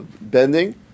bending